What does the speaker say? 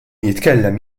jitkellem